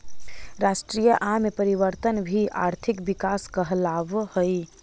राष्ट्रीय आय में परिवर्तन भी आर्थिक विकास कहलावऽ हइ